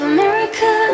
America